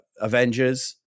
avengers